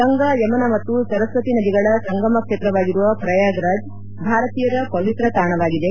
ಗಂಗಾ ಯಮುನಾ ಮತ್ತು ಸರಸ್ವತಿ ನದಿಗಳ ಸಂಗಮ ಕ್ಷೇತ್ರವಾಗಿರುವ ಪ್ರಯಾಗ್ ರಾಜ್ ಭಾರತೀಯರ ಪವಿತ್ರ ತಾಣವಾಗಿದೆ